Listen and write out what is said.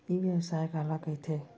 ई व्यवसाय काला कहिथे?